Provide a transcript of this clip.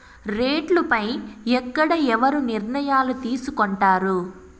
రేట్లు పై ఎక్కడ ఎవరు నిర్ణయాలు తీసుకొంటారు?